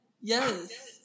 yes